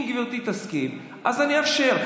אם גברתי תסכים, אז אני אאפשר.